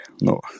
no